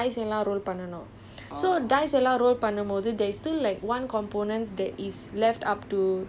so that is like the strategic element but on top of the strategic element வந்து நீ:vanthu ni dice எல்லாம்:ellaam roll பண்ணனும்:pannanum